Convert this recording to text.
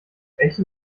echte